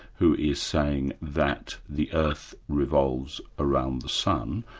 who is saying that the earth revolves around the sun,